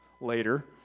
later